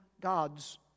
God's